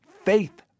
faith